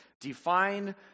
Define